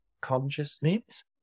consciousness